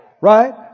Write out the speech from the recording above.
right